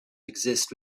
exist